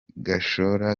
gashora